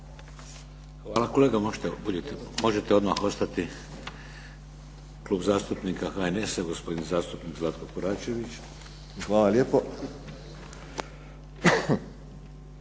Hvala. Kolega možete odmah ostati. Klub zastupnika HNS-a, gospodin zastupnik Zlatko Koračević. **Koračević,